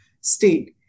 state